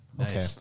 Okay